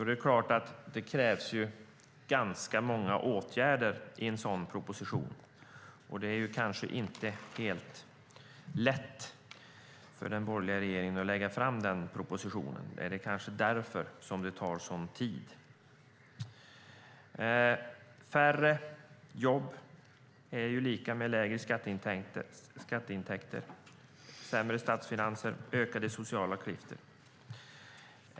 Det krävs därför ganska många åtgärder i en sådan proposition, och det är kanske inte helt lätt för den borgerliga regeringen att lägga fram den. Är det kanske därför det tar sådan tid? Färre jobb är lika med lägre skatteintäkter, sämre statsfinanser, ökade sociala klyftor.